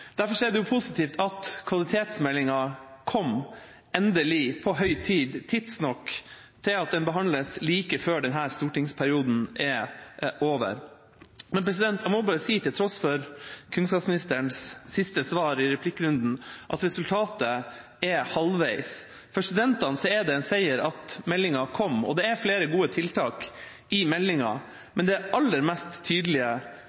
Derfor er det positivt at kvalitetsmeldinga kom – endelig og på høy tid – tidsnok til at den behandles like før denne stortingsperioden er over. Men jeg må bare si, til tross for kunnskapsministerens siste svar i replikkrunden, at resultatet er halvveis. For studentene er det en seier at meldinga kom, og det er flere gode tiltak i meldinga. Men det aller mest tydelige